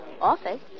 Office